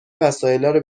وسایلارو